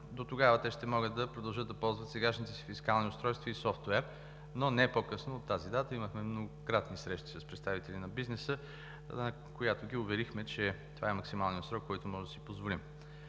Дотогава те ще могат да продължат да ползват сегашните си фискални устройства и софтуер, но не по-късно от тази дата. Имахме многократни срещи с представители на бизнеса, където ги уверихме, че това е максималният срок, който можем да си позволим.